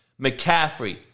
McCaffrey